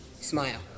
Smile